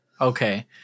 okay